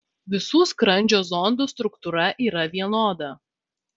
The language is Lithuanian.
visų skrandžio zondų struktūra yra vienoda